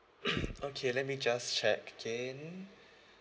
okay let me just check again